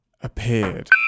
appeared